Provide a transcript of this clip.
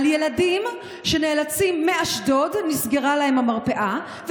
על ילדים מאשדוד שנסגרה להם המרפאה,